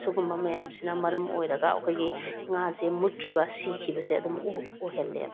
ꯁꯤꯒꯨꯝꯕ ꯃꯌꯥꯝꯁꯤꯅ ꯃꯔꯝ ꯑꯣꯏꯔꯒ ꯑꯩꯈꯣꯏꯒꯤ ꯉꯥꯁꯦ ꯃꯨꯠꯈꯤꯕ ꯁꯤꯈꯤꯕꯁꯦ ꯑꯗꯨꯝ ꯑꯣꯏꯍꯜꯂꯦꯕ